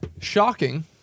Shocking